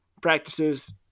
practices